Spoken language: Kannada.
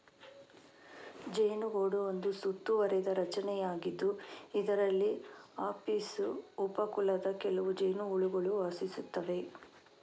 ಜೇನುಗೂಡು ಒಂದು ಸುತ್ತುವರಿದ ರಚನೆಯಾಗಿದ್ದು, ಇದರಲ್ಲಿ ಅಪಿಸ್ ಉಪ ಕುಲದ ಕೆಲವು ಜೇನುಹುಳುಗಳು ವಾಸಿಸುತ್ತವೆ